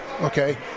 Okay